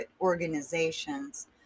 organizations